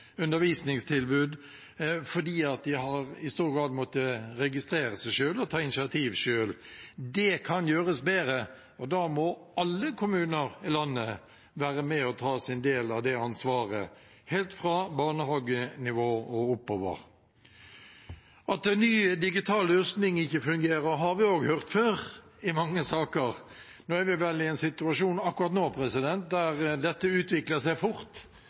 undervisningstilbud, fordi de i stor grad har måttet registrere seg selv og ta initiativ selv. Det kan gjøres bedre, og da må alle kommuner i landet være med og ta sin del av det ansvaret, helt fra barnehagenivå og oppover. At en ny digital løsning ikke fungerer, har vi også hørt før, i mange saker. Nå er vi vel i en situasjon akkurat nå der dette utvikler seg fort,